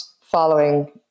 following